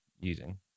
using